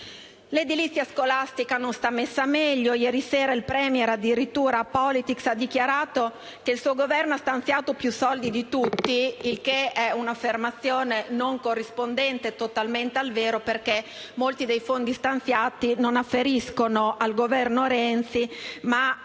L'edilizia scolastica non sta messa meglio. Ieri sera il *premier* a «Politics» ha addirittura dichiarato che il suo Governo ha stanziato più soldi di tutti, che è una affermazione non totalmente corrispondente al vero, considerato che molti dei fondi stanziati non afferiscono al Governo Renzi ma